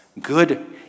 good